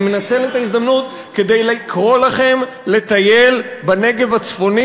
אני מנצל את ההזדמנות כדי לקרוא לכם לטייל בנגב הצפוני,